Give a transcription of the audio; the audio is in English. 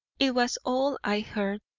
it was all i heard.